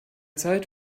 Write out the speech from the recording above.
zeit